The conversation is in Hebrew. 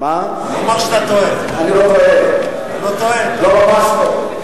אני לא טועה, ממש לא.